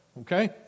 Okay